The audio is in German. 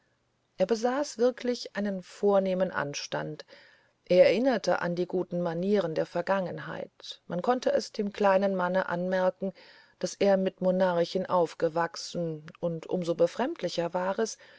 er besaß wirklich einen vornehmen anstand er erinnerte an die guten manieren der vergangenheit man konnte es dem kleinen manne anmerken daß er mit monarchen aufgewachsen und um so befremdlicher war es